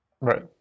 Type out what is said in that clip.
Right